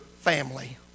family